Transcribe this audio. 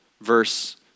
Verse